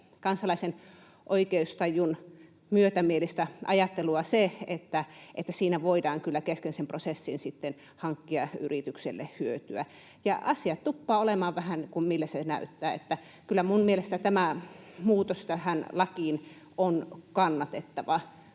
kansalaisen oikeustajun myötämielistä ajattelua se, että siinä voidaan kesken sen prosessin hankkia yritykselle hyötyä. Asiat tuppaavat olemaan vähän kuin mille ne näyttävät. Kyllä minun mielestäni tämä muutos tähän lakiin on kannatettava.